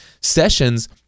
sessions